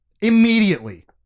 immediately